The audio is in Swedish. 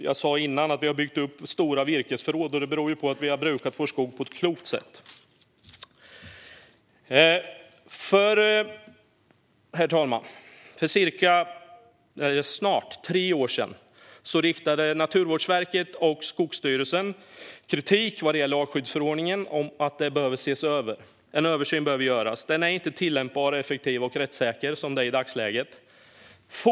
Jag sa tidigare att vi har byggt upp stora virkesförråd. Det beror på att vi har brukat vår skog på ett klokt sätt. Herr talman! För snart tre år sedan riktade Naturvårdsverket och Skogsstyrelsen kritik när det gällde artskyddsförordningen. Man framhöll att en översyn behöver göras. Artskyddsförordningen är inte tillämpbar, effektiv och rättssäker i dagsläget.